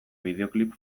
bideoklip